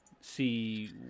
see